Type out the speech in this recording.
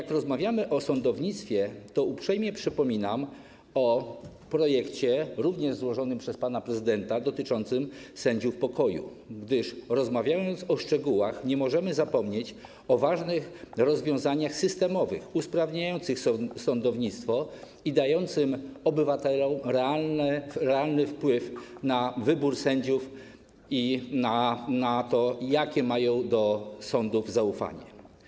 Skoro rozmawiamy o sądownictwie, to uprzejmie przypominam o projekcie, również złożonym przez pana prezydenta, dotyczącym sędziów pokoju, gdyż rozmawiając o szczegółach, nie możemy zapomnieć o ważnych rozwiązaniach systemowych usprawniających sądownictwo i dających obywatelom realny wpływ na wybór sędziów i na to, jakie mają do sądów zaufanie.